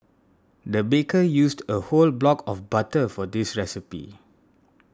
the baker used a whole block of butter for this recipe